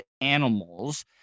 animals